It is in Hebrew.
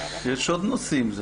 יש עוד נושאים.